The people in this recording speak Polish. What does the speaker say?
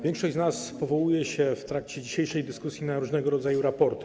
Większość z nas powołuje się w trakcie dzisiejszej dyskusji na różnego rodzaju raporty.